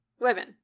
Women